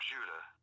Judah